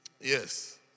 Yes